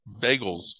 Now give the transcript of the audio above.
bagels